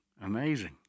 amazing